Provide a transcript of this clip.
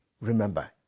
Remember